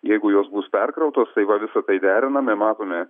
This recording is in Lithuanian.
jeigu jos bus perkrautos tai va visą tai deriname matome